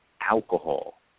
alcohol